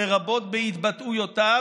לרבות בהתבטאויותיו,